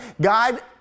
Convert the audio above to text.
God